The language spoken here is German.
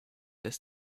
des